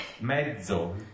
mezzo